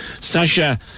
Sasha